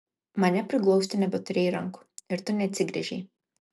mane priglausti nebeturėjai rankų ir tu neatsigręžei